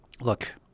look